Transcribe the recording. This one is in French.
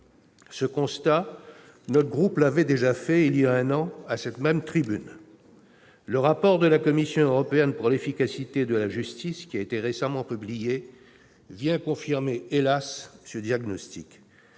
et Territoires l'avait déjà fait il y a un an à cette même tribune. Le rapport de la Commission européenne pour l'efficacité de la justice, qui a été récemment publié, vient confirmer, hélas ! ce diagnostic